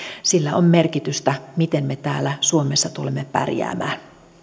sillä on merkitystä miten me täällä suomessa tulemme pärjäämään